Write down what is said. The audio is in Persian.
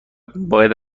باید